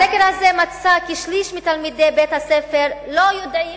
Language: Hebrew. הסקר הזה מצא כי שליש מתלמידי בית-הספר לא יודעים,